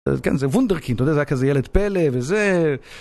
כן, זה וונדרקינד, אתה יודע, זה היה כזה ילד פלא, וזה...